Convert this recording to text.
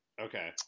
Okay